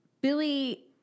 Billy